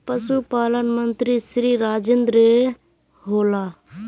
पशुपालन मंत्री श्री राजेन्द्र होला?